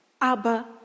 Abba